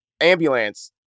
ambulance